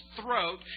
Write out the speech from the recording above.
throat